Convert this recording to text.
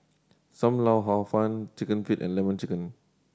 Sam Lau Hor Fun Chicken Feet and Lemon Chicken